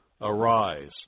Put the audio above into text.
Arise